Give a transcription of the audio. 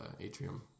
atrium